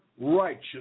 righteous